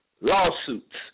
lawsuits